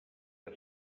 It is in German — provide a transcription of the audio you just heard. der